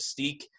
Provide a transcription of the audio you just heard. mystique